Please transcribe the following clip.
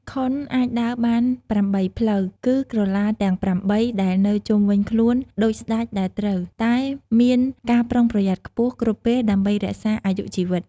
ខុន អាចដើរបានប្រាំបីផ្លូវ គឺក្រឡាទាំងប្រាំបីដែលនៅជុំវិញខ្លួន ដូចស្តេចដែលត្រូវតែមានការប្រុងប្រយ័ត្នខ្ពស់គ្រប់ពេលដើម្បីរក្សាអាយុជីវិត។